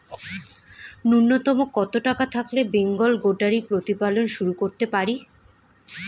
নূন্যতম কত টাকা থাকলে বেঙ্গল গোটারি প্রতিপালন শুরু করতে পারি?